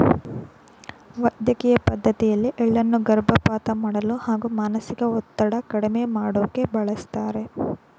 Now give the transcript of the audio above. ವೈದ್ಯಕಿಯ ಪದ್ಡತಿಯಲ್ಲಿ ಎಳ್ಳನ್ನು ಗರ್ಭಪಾತ ಮಾಡಲು ಹಾಗೂ ಮಾನಸಿಕ ಒತ್ತಡ ಕಡ್ಮೆ ಮಾಡೋಕೆ ಬಳಸ್ತಾರೆ